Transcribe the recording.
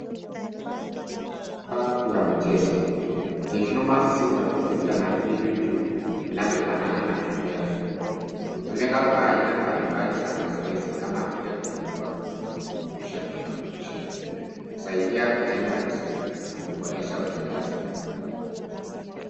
Hivi ni vifaa vya mchezo. Ni vyuma vizito vilivyo na mbinu juu, vinavyofanana na kengele. Hutumika kwa aina mbali mbali za mazoezi, kama vile kuinua, kuzungusha, na kurusha. Husaidia kujenga misuli na kuboresha utenda asili wa mwili.